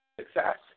success